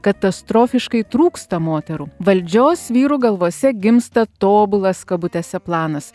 katastrofiškai trūksta moterų valdžios vyrų galvose gimsta tobulas kabutėse planas